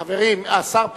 חברים, השר פלד,